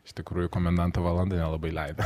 iš tikrųju komendanto valanda nelabai leido